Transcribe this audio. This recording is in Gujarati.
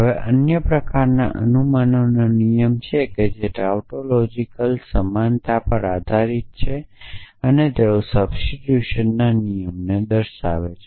હવે અન્ય પ્રકારના અનુમાનનો નિયમ છે જે ટાઉટોલોજિકલ સમાનતા પર આધારિત છે અને તેઓ સબસ્ટીટ્યુશન ના નિયમને દર્શાવે છે